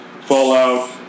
Fallout